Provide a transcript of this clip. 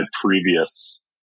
previous